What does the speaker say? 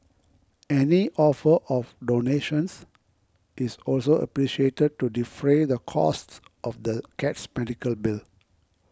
any offer of donations is also appreciated to defray the costs of the cat's medical bill